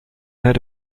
heard